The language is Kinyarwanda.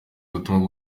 ubutumwa